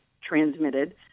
transmitted